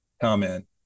comment